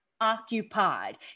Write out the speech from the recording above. occupied